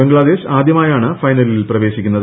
ബംഗ്ലാദേശ് ആദ്യമായാണ് ഫൈനലിൽ പ്രവേശിക്കുന്നത്